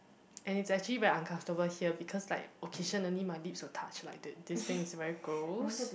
and it's actually very uncomfortable here because like occasionally my lips will touch like the this things is very gross